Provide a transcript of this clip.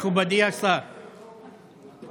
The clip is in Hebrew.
מכובדי השר, פוזיציה.